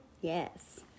Yes